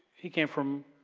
he came from